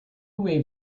wave